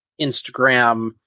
Instagram